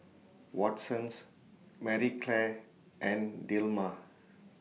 Watsons Marie Claire and Dilmah